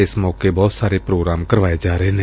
ਏਸ ਮੌਕੇ ਬਹੁਤ ਸਾਰੇ ਪ੍ਰੋਗਰਾਮ ਕਰਵਾਏ ਜਾ ਰਹੇ ਨੇ